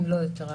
אם לא רבה יותר.